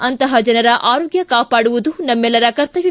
ಅಂತಪ ಜನರ ಆರೋಗ್ಯ ಕಾಪಾಡುವುದು ನಮ್ಮೆಲ್ಲರ ಕರ್ತವ್ಯ